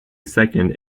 second